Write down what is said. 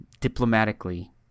diplomatically